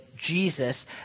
Jesus